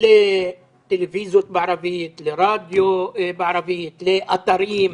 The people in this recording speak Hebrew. לטלוויזיות בערבית, לרדיו בערבית, לאתרים,